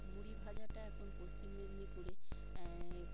মুড়ি ভাজাটা এখন পশ্চিম মেদিনীপুরে